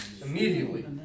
immediately